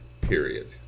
period